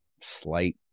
slight